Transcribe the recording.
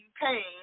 pain